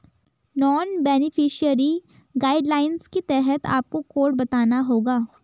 non beneficiary guidelines के तहत आपको कोड बताना होगा